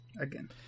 again